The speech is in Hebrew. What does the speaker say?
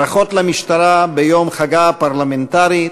ברכות למשטרה ביום חגה הפרלמנטרי,